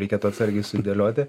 reikėtų atsargiai sudėlioti